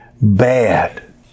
bad